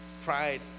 pride